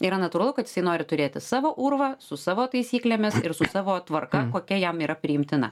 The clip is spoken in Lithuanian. yra natūralu kad jisai nori turėti savo urvą su savo taisyklėmis ir su savo tvarka kokia jam yra priimtina